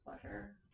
pleasure